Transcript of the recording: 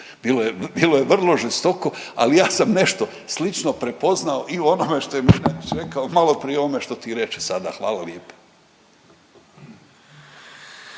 Bilo je vrlo žestoko, ali ja sam nešto slično prepoznao i u onome što je Mlinarić rekao malo prije o ovome što ti reče sada. Hvala lijepa.